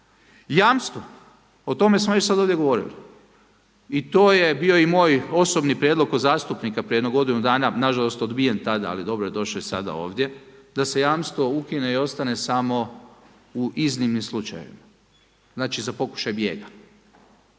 Jamstvo, o tome smo sad već ovdje govorili i to je bio i moj osobni prijedlog kao zastupnika prije jedno godinu dana, na žalost odbijen tada. Ali dobro je došao sada i ovdje da se jamstvo ukine i ostane samo u iznimnim slučajevima, znači za pokušaj bijega.